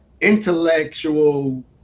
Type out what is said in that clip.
intellectual